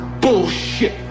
bullshit